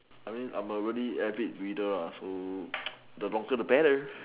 I mean I'm a really avid reader lah so the longer the better